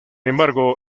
embargo